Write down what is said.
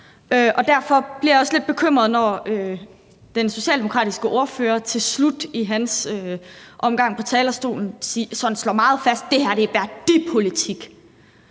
Og derfor blev jeg også lidt bekymret, da den socialdemokratiske ordfører til slut i sin omgang på talerstolen sådan slår meget fast, at det er værdipolitik.